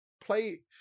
play